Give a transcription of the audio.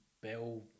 Bell